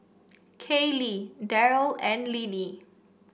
Kayleigh Deryl and Linnie